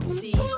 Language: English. see